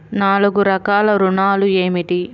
నాలుగు రకాల ఋణాలు ఏమిటీ?